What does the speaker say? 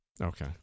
Okay